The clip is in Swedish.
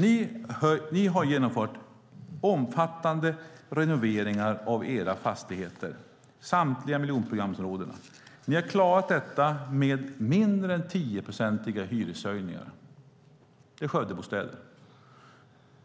Ni har genomfört omfattande renoveringar av era fastigheter, samtliga miljonprogramsområden. Ni har klarat detta med mindre än 10-procentiga hyreshöjningar. Det är Skövdebostäder.